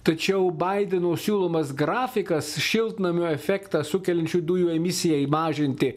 tačiau baideno siūlomas grafikas šiltnamio efektą sukeliančių dujų emisijai mažinti